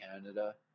Canada